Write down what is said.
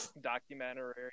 documentary